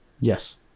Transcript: Yes